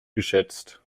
geschätzt